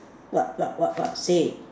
what what what what say